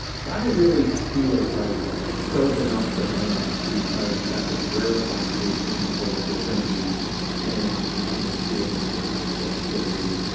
so i don't really see it like soaking up demand because you've got this rarefied group of people who are going to be paying lots of money, creating economic activity,